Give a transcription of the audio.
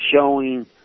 showing